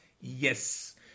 Yes